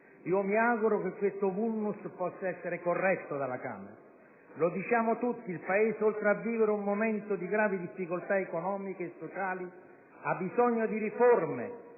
Io mi auguro che questo *vulnus* possa essere corretto alla Camera. Lo diciamo tutti: il Paese, oltre a vivere un momento di gravi difficoltà economiche e sociali, ha bisogno di riforme